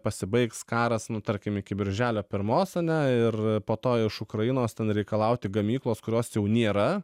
pasibaigs karas nu tarkim iki birželio pirmos ane ir po to iš ukrainos ten reikalauti gamyklos kurios jau nėra